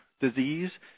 disease